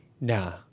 Nah